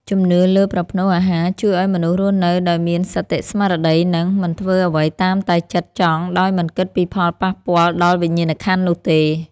ជំនឿលើប្រផ្នូលអាហារជួយឱ្យមនុស្សរស់នៅដោយមានសតិស្មារតី និង មិនធ្វើអ្វីតាមតែចិត្តចង់ដោយមិនគិតពីផលប៉ះពាល់ដល់វិញ្ញាណក្ខន្ធនោះទេ។